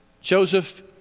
Joseph